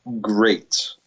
Great